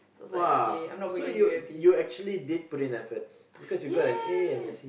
!wah! so you you actually did put in effort because you got an A and a C